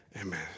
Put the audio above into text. Amen